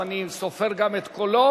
אז אני סופר גם את קולו,